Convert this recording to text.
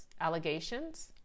allegations